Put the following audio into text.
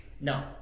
No